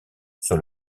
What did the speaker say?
sur